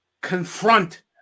confront